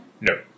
No